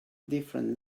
different